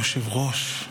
אדוני היושב-ראש,